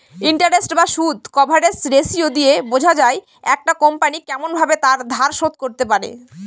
interest বা সুদ coverage ratio দিয়ে বোঝা যায় একটা কোম্পনি কেমন ভাবে তার ধার শোধ করতে পারে